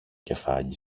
κεφάλι